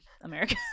America